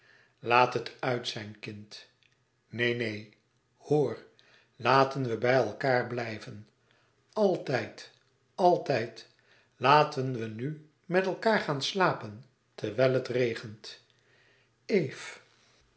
laat het uit zijn kind neen neen hoor laten we bij elkaâr blijven altijd altijd laten we nu met elkaâr gaan slapen terwijl het regent